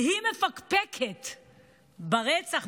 אם היא מפקפקת ברצח,